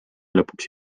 lõpuks